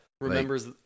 Remembers